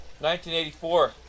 1984